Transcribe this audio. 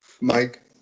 Mike